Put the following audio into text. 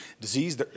disease